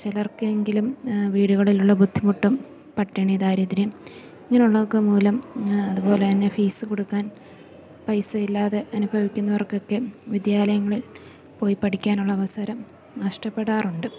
ചിലർക്കെങ്കിലും വീടുകളിലുള്ള ബുദ്ധിമുട്ടും പട്ടിണി ദാരിദ്ര്യം ഇങ്ങനെയുള്ളതൊക്കെ മൂലം അതുപോലെ തന്നെ ഫീസ് കൊടുക്കാൻ പൈസ ഇല്ലാതെ അനുഭവിക്കുന്നവർക്കൊക്കെ വിദ്യാലയങ്ങളിൽ പോയി പഠിക്കാനുള്ള അവസരം നഷ്ടപ്പെടാറുണ്ട്